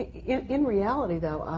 in in reality, though,